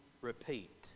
Repeat